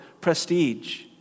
prestige